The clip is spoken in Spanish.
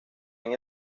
han